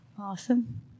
awesome